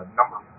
number